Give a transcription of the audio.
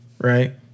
right